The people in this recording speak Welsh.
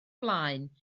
blaen